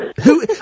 Who-